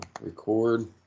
record